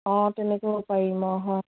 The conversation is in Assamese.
অঁ তেনেকৈও পাৰিম অঁ হয়